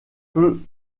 peu